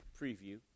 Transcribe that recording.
preview